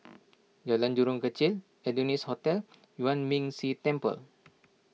Jalan Jurong Kechil Adonis Hotel Yuan Ming Si Temple